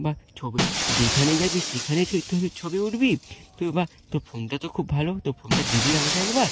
বাহ ছবি যেখানেই যাবি সেখানেই ছবি তুল ছবি উঠবি তো বাহ তোর ফোনটা তো খুব ভালো তোর ফোনটা দিবি আমাকে একবার